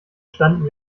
standen